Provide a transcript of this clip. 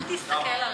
אל תסתכל עלי.